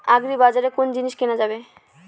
আগ্রিবাজারে কোন জিনিস কেনা যাবে?